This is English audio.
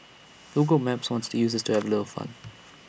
Google maps wants users to have A little fun